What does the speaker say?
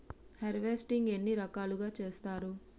Harvesting ఎన్ని రకాలుగా చేస్తరు?